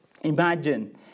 Imagine